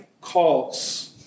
calls